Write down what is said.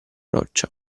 roccia